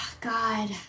God